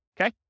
Okay